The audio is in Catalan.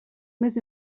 més